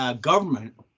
government